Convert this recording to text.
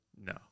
No